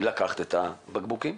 לקחת את הבקבוקים,